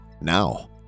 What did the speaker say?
now